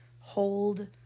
hold